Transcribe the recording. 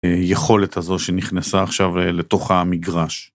אה..יכולת הזו שנכנסה עכשיו לתוך המגרש.